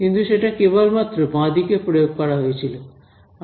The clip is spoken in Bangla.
কিন্তু সেটা কেবলমাত্র বাঁদিকে প্রয়োগ করা হয়েছিল